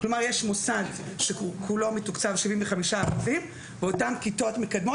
כלומר יש מוסד שכולו מתוקצב 75% ואותם כיתות מקדמות